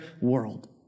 world